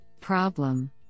problem